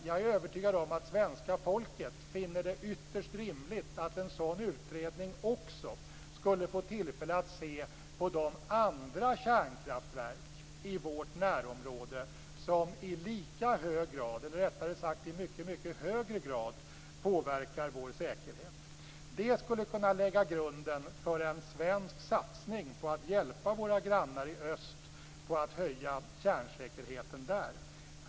Jag är övertygad om att svenska folket finner det ytterst rimligt att en sådan utredning också får tillfälle att se på de andra kärnkraftverk i vårt närområde som i mycket högre grad påverkar vår säkerhet. Det skulle kunna lägga grunden för en svensk satsning på att hjälpa våra grannar i öst med att öka kärnsäkerheten där.